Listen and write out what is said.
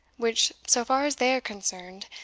which, so far as they are concerned,